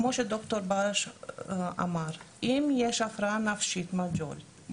בידוד זה ענישתי, זה לזמן